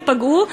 ייפגעו,